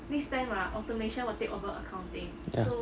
ya